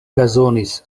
bezonis